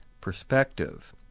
perspective